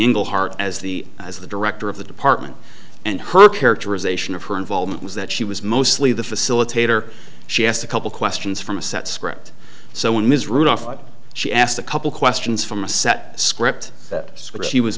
the heart as the as the director of the department and her characterization of her involvement was that she was mostly the facilitator she asked a couple questions from a set script so in ms rudolph she asked a couple questions from a set script that swear she was